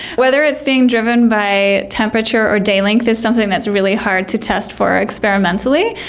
whether it's being driven by temperature or day length is something that's really hard to test for experimentally.